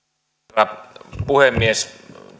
herra puhemies